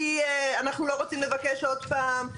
כי אנחנו לא רוצים לבקש עוד פעם.